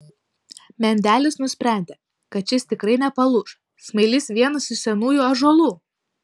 mendelis nusprendė kad šis tikrai nepalūš smailis vienas iš senųjų ąžuolų